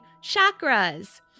chakras